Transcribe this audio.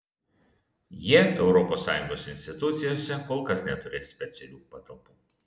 jie europos sąjungos institucijose kol kas neturės specialių patalpų